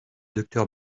docteur